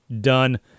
Done